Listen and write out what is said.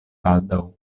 baldaŭ